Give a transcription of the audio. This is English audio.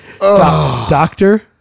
doctor